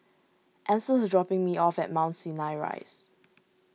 Ancel is dropping me off at Mount Sinai Rise